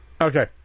Okay